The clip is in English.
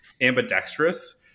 ambidextrous